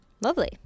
Lovely